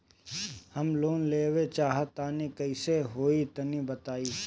हम लोन लेवल चाह तनि कइसे होई तानि बताईं?